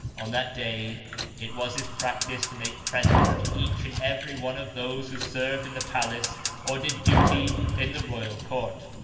on that day it was his practice to make presents to each and every one of those who served in the palace or did duty in the royal court.